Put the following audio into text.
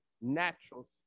natural